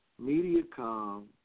MediaCom